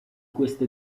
queste